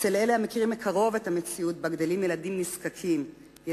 אצל אלה המכירים מקרוב את המציאות שבה ילדים נזקקים גדלים,